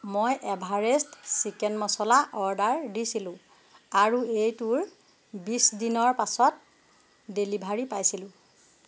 মই Everest chicken masala order দিছিলোঁ আৰু এইটোৰ বিছ দিনৰ পাছত ডেলিভাৰী পাইছিলোঁ